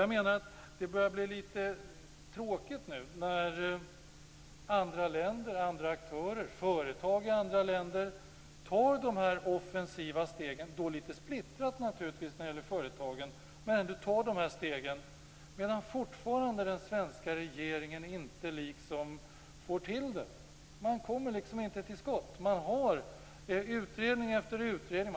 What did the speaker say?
Jag menar att det börjar bli litet tråkigt nu när andra aktörer, företag i andra länder, tar de här offensiva stegen - naturligtvis litet splittrat när det gäller företagen, men man tar ändå de här stegen - medan den svenska regeringen fortfarande inte får till det. Man kommer liksom inte till skott. Man tillsätter utredning efter utredning.